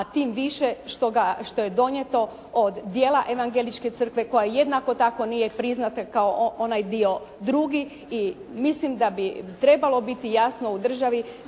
a tim više što je donijeto od dijela Evangelističke crkve koja jednako tako nije priznata kao onaj dio drugi i mislim da bi trebalo biti jasno u državi